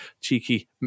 cheeky